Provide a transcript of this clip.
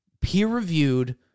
peer-reviewed